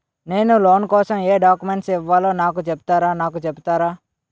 నేను లోన్ కోసం ఎం డాక్యుమెంట్స్ ఇవ్వాలో నాకు చెపుతారా నాకు చెపుతారా?